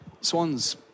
Swans